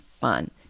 fun